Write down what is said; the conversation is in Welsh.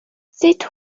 sut